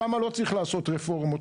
שם לא צריך לעשות רפורמות,